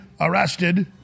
arrested